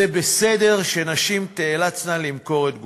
זה בסדר שנשים תיאלצנה למכור את גופן.